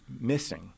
missing